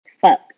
Fuck